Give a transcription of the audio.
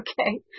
Okay